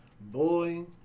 boy